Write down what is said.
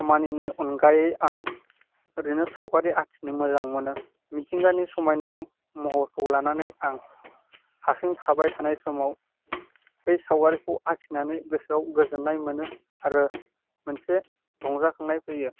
खामानिनि अनगायै आं ओरैनो सावगारि आखिनो मोजां मोनो मिथिगानि समायना महरखौ लानानै आं हारसिं थाबाय थानाय समाव बे सावगारिखौ आखिनानै गोसोआव गोजोन्नाय मोनो आरो मोनसे रंजाखांनाय फैयो